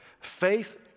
Faith